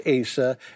Asa